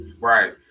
Right